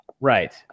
Right